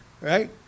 right